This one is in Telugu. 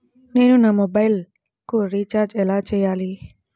నేను నా మొబైల్కు ఎలా రీఛార్జ్ చేసుకోవాలి?